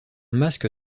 masque